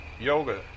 yoga